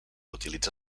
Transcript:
utilitza